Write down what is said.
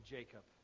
Jacob